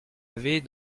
avait